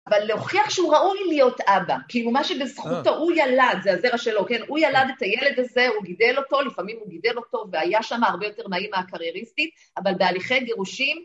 אבל להוכיח שהוא ראוי להיות אבא, כאילו מה שבזכותו הוא ילד, זה הזרע שלו, כן? הוא ילד את הילד הזה, הוא גידל אותו, לפעמים הוא גידל אותו, והיה שם הרבה יותר מאמא הקרייריסטית, אבל בהליכי גירושים...